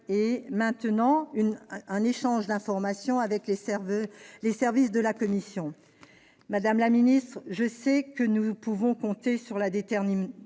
en maintenant un échange d'information avec les services de la Commission. Madame la secrétaire d'État, je sais que nous pouvons compter sur la détermination